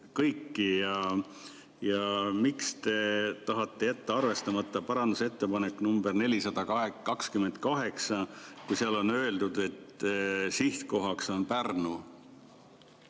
ja miks te tahate jätta arvestamata parandusettepaneku nr 428, kui seal on öeldud, et sihtkohaks on Pärnu.